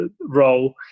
role